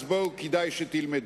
אז בואו, כדאי שתלמדו: